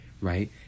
right